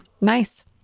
nice